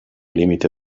limite